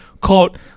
called